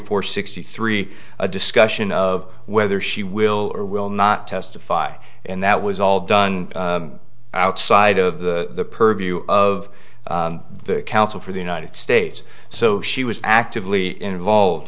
four sixty three a discussion of whether she will or will not testify and that was all done outside of the purview of the counsel for the united states so she was actively involved